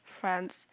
friends